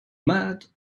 mat